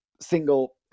single